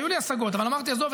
היו לי השגות, אבל אמרתי, עזוב.